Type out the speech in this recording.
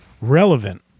Relevant